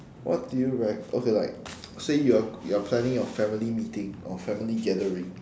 what do you rec~ okay like say you are you are planning your family meeting or family gathering